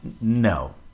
No